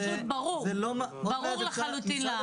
ברור לחלוטין לעין.